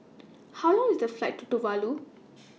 How Long IS The Flight to Tuvalu